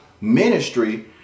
ministry